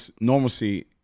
normalcy